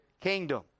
kingdom